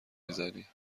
میزنی